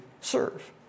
serve